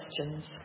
questions